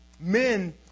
Men